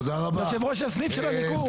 יושב ראש הסניף של הליכוד.